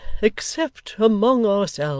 except among ourselves,